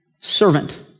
servant